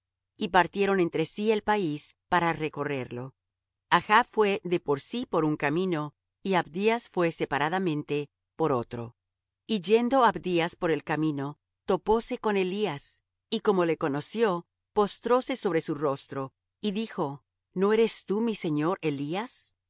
y partieron entre sí el país para recorrerlo achb fué de por sí por un camino y abdías fué separadamente por otro y yendo abdías por el camino topóse con elías y como le conoció postróse sobre su rostro y dijo no eres tú mi señor elías